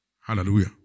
Hallelujah